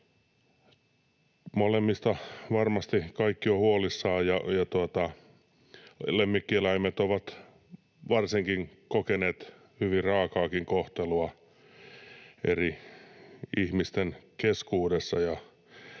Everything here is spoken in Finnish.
molemmista varmasti kaikki ovat huolissaan. Lemmikkieläimet varsinkin ovat kokeneet hyvin raakaakin kohtelua eri ihmisten keskuudessa